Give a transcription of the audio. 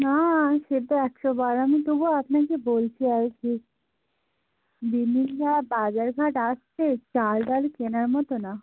না সে তো একশোবার আমি তবুও আপনাকে বলছি আর কি দিন দিন যা বাজারঘাট আসছে চাল ডাল কেনার মতো না